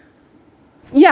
yeah